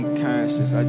conscious